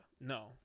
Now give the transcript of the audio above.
no